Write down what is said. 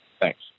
Thanks